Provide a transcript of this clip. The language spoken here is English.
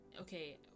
okay